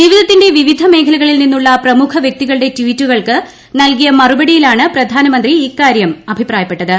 ജീവിതത്തിന്റെ വിവിധ മേഖലകളിൽ നിന്നുള്ള പ്രമുഖ വ്യക്തികളൂടെ ട്വീറ്റുകൾക്ക് നൽകിയ മറുപടിയിലാണ് പ്രധാനമന്ത്രി ഇങ്ങന്റെട്ടിട്ടിപ്രായപ്പെട്ടത്